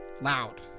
loud